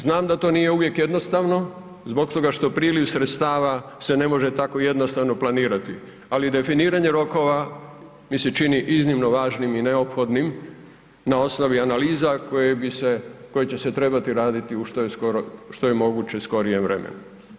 Znam da to nije uvijek jednostavno zbog toga što priliv sredstava se ne može tako jednostavno planirati, ali definiranje rokova mi se čini iznimno važnim i neophodnim na osnovi analiza koje bi se, koje će se trebati raditi u što je skoro, u što je moguće skorijem vremenu.